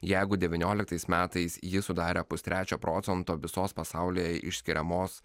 jeigu devynioliktais metais ji sudarė pustrečio procento visos pasaulyje išskiriamos